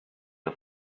the